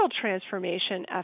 transformation